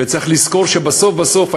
וצריך לזכור שבסוף בסוף,